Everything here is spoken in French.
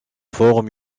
forme